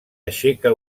aixeca